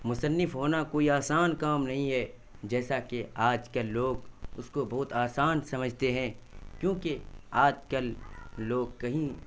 مصنف ہونا کوئی آسان کام نہیں ہے جیسا کہ آج کے لوگ اس کو بہت آسان سمجھتے ہیں کیونکہ آج کل لوگ کہیں